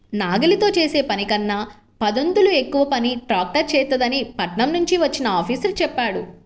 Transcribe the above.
నాగలితో చేసే పనికన్నా పదొంతులు ఎక్కువ పని ట్రాక్టర్ చేత్తదని పట్నం నుంచి వచ్చిన ఆఫీసరు చెప్పాడు